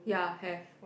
ya have